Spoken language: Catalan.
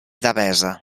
devesa